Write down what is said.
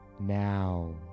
now